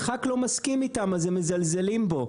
כשח"כ לא מסכים איתם אז הם מזלזים בו.